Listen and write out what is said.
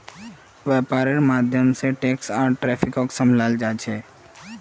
वैपार्र माध्यम से टैक्स आर ट्रैफिकक सम्भलाल जा छे